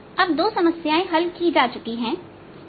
तो अब दो समस्याएं हल की जा चुकी हैं